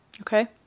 Okay